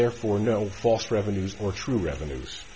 therefore no false revenues or true revenues